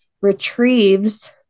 retrieves